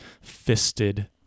fisted